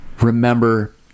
Remember